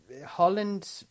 Holland